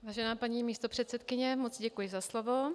Vážená paní místopředsedkyně, moc děkuji za slovo.